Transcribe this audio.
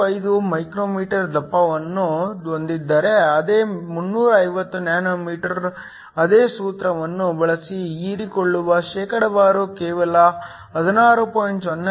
35 μm ದಪ್ಪವನ್ನು ಹೊಂದಿದ್ದರೆ ಅದೇ 350 nm ಅದೇ ಸೂತ್ರವನ್ನು ಬಳಸಿ ಹೀರಿಕೊಳ್ಳುವ ಶೇಕಡಾವಾರು ಕೇವಲ 16